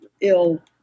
ill